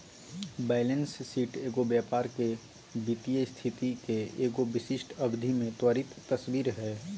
balance sheet एगो व्यापार के वित्तीय स्थिति के एगो विशिष्ट अवधि में त्वरित तस्वीर हइ